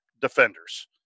defenders